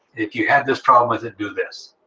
if you had this problem with it, do this.